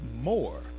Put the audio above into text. more